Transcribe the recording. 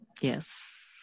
yes